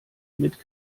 mit